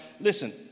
listen